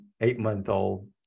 eight-month-old